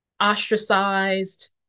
ostracized